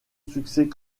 succès